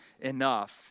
enough